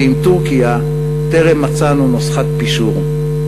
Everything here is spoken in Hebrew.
ועם טורקיה טרם מצאנו נוסחת פישור.